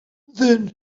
then